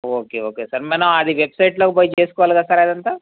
okay okay sir అది వెబ్సైట్లోకి పోయి చేసుకోవాలి కదా సార్ అదంతా